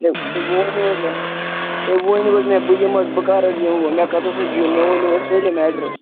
ہے وٕ وٕ ؤنیُو حظ مےٚ ہے وٕ ؤنیُو حظ مےٚ بہٕ یِما حظ بہٕ کر حظ یِمہٕ وٕنۍ مےٚ کَتَس حظ چھُ یُن مےٚ ؤنیُو حظ سٲلِم اٮ۪ڈرَس